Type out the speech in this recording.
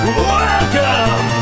Welcome